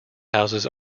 houses